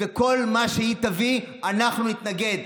כל מה שהיא תביא, אנחנו נתנגד.